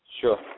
sure